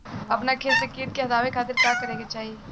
अपना खेत से कीट के हतावे खातिर का करे के चाही?